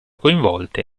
coinvolte